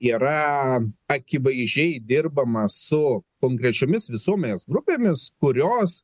yra akivaizdžiai dirbama su konkrečiomis visuomenės grupėmis kurios